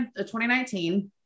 2019